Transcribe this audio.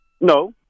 No